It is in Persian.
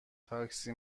تاکسی